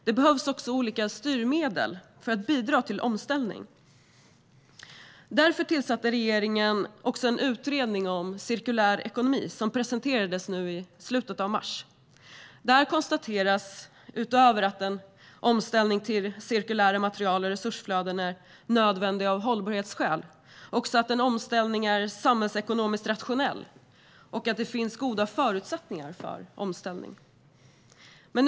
Det behövs också olika styrmedel för att bidra till omställning. Därför tillsatte regeringen en utredning om cirkulär ekonomi som presenterades i slutet av mars. Där konstateras, utöver att en omställning till cirkulära material och resursflöden är nödvändiga av hållbarhetsskäl, att en omställning är samhällsekonomiskt rationell och att det finns goda förutsättningar för omställning.